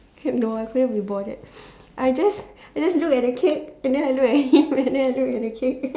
no I couldn't be bothered I just I just look at the cake and then I look at him and then I look at the cake